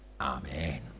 Amen